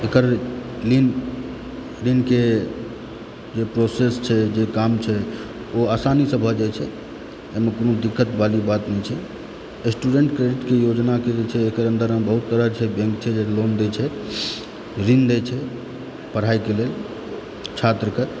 हुनकर ऋणके जे प्रोसेस छै जे काम छै ओ आसानीसँ भऽ जाइत छै एहिमे कोनो दिक्कत वाली बात नहि छै स्टुडेन्ट क्रेडिटके योजना जे छै एकर अन्दरमे बहुत सारा बैंक छै जे लोन दय छै ऋण दय छै पढाईके लेल छात्रकेँ